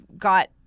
got